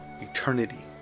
Eternity